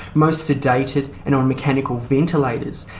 most sedated and on mechanical ventilators,